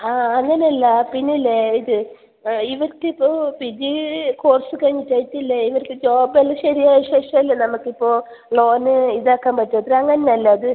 ആ അങ്ങനെ അല്ല പിന്നെ ഇല്ലേ ഇത് ആ ഇവർക്ക് ഇപ്പോൾ പി ജി കോഴ്സ് കഴിഞ്ഞിട്ട് ആയിട്ടില്ലേ ഇവർക്ക് ജോബ് എല്ലാം ശരിയായ ശേഷം അല്ലേ നമുക്ക് ഇപ്പോൾ ലോൺ ഇതാക്കാൻ പറ്റൂ അങ്ങനെ അല്ലേ അത്